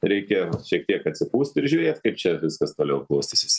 reikėjo šiek tiek atsipūst ir žiūrėt kaip čia viskas toliau klostysis